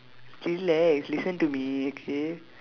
relax listen to me okay